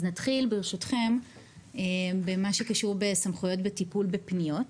נתחיל ברשותכם במה שקשור בסמכויות בטיפול בפניות,